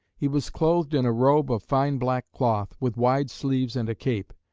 he was clothed in a robe of fine black cloth, with wide sleeves and a cape.